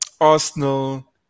Arsenal